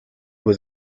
was